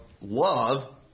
love